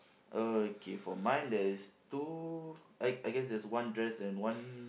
okay for mine there is two I I guess there's one dress and one